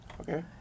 Okay